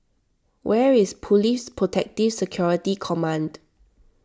where is Police Protective Security Command